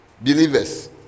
believers